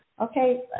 Okay